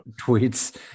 tweets